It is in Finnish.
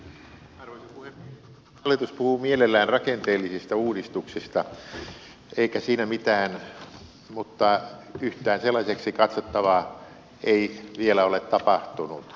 hallitus puhuu mielellään rakenteellisista uudistuksista eikä siinä mitään mutta yhtään sellaiseksi katsottavaa ei vielä ole tapahtunut